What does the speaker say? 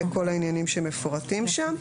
לכל העניינים שמפורטים שם.